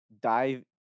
dive